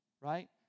Right